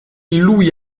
lui